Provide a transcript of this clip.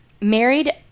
married